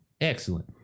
Excellent